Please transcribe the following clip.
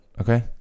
okay